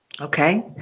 Okay